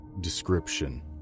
Description